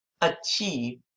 achieve